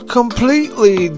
completely